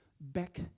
back